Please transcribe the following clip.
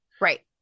Right